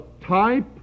type